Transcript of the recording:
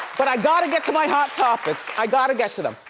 but i gotta get to my hot topics. i gotta get to them.